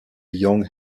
young